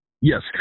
Yes